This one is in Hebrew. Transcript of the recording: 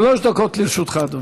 שלוש דקות לרשותך, אדוני.